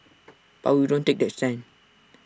but we don't take that stand